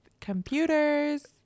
computers